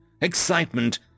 excitement